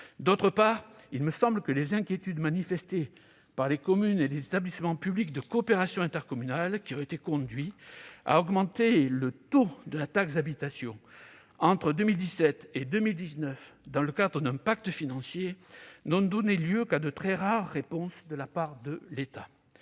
D'autre part, il me semble que les inquiétudes manifestées par les communes et les établissements publics de coopération intercommunale qui ont été conduits à augmenter le taux de la taxe d'habitation entre 2017 et 2019 dans le cadre d'un pacte financier n'ont donné lieu qu'à de très rares réponses de la part de l'État.